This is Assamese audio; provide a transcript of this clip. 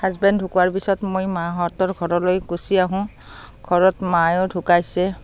হাজবেণ্ড ঢুকোৱাৰ পিছত মই মাহঁতৰ ঘৰলৈ গুচি আহোঁ ঘৰত মায়ো ঢুকাইছে